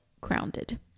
grounded